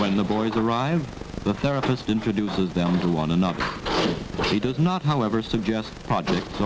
when the boys arrive the therapist introduces them to one another he does not however suggest project